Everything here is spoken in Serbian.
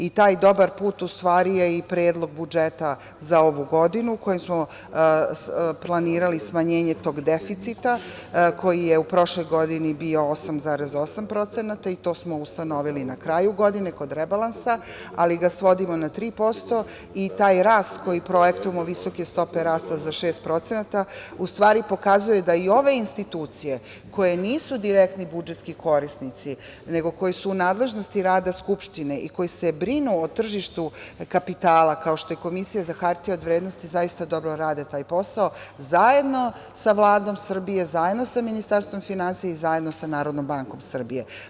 I taj dobar put u stvari je i predlog budžeta za ovu godinu kojim smo planirali smanjenje tog deficita, koji je u prošloj godini bio 8,8% i to smo ustanovili na kraju godine kod rebalansa, ali ga svodimo na 3% i taj rast koji projektujemo, visoke stope rasta za 6% u stvari pokazuje da i ove institucije koje nisu direktni budžetski korisnici, nego koji su u nadležnosti rada Skupštine i koji se brinu o tržištu kapitala kao što je Komisija za hartije od vrednosti, zaista dobro rade taj posao zajedno sa Vladom Srbije, zajedno sa Ministarstvom finansija i zajedno sa Narodnom bankom Srbije.